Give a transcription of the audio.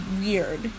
weird